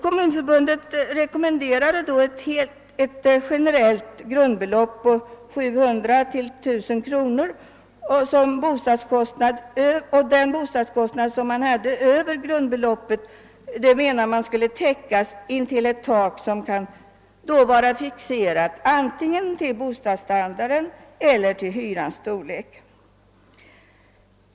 Kommunförbundet rekommenderade ett generellt grundbelopp på 700—1 000 kronor, och den bostadskostnad som låg däröver ansåg man kunde täckas intill ett tak som kunde vara fixerat antingen till bostadens standard eller till hyrans storlek.